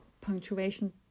punctuation